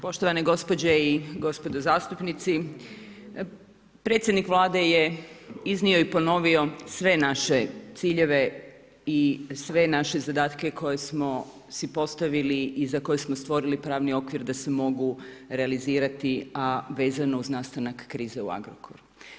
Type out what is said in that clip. Poštovane gospođe i gospodo zastupnici, predsjednik Vlada je iznio i ponovio sve naše ciljeve i sve naše zadatke koji smo si postavili i za koje smo stvorili pravni okvir da se mogu realizirati, a vezano uz nastanak krize u Agrokoru.